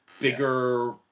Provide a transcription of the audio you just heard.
bigger